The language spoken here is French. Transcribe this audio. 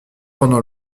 pendant